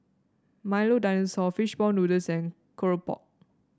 Milo Dinosaur fish ball noodles and keropok